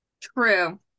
True